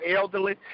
elderly